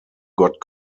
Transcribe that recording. got